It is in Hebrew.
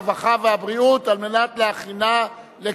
הרווחה והבריאות נתקבלה.